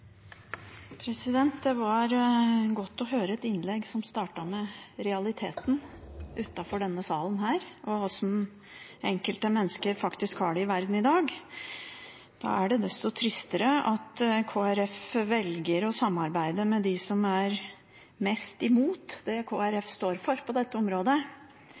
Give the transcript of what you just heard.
Det var godt å høre et innlegg som startet med realiteten utenfor denne salen om hvordan enkelte mennesker faktisk har det i verden i dag. Da er det desto tristere at Kristelig Folkeparti velger å samarbeide med dem som er mest imot det Kristelig Folkeparti står for på dette området,